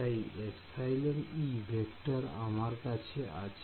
তাই εE vector আমার কাছে আছে